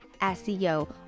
SEO